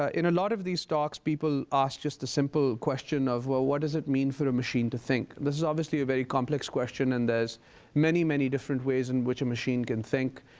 in a lot of these talks people ask just the simple question of, well, what does it mean for a machine to think? this is obviously a very complex question, and there's many, many different ways in which a machine can think.